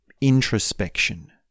introspection